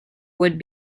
would